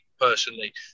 personally